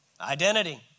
Identity